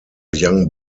young